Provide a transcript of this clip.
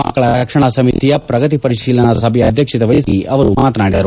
ಮಕ್ಕಳ ರಕ್ಷಣಾ ಸಮಿತಿಯ ಪ್ರಗತಿ ಪರಿತೀಲನಾ ಸಭೆಯ ಅಧ್ಯಕ್ಷತೆ ವಹಿಸಿ ಅವರು ಮಾತನಾಡಿದರು